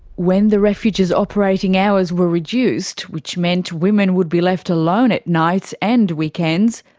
when the refuge's operating hours were reduced, which meant women would be left alone at nights and weekends,